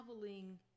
traveling